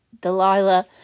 Delilah